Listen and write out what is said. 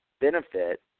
benefit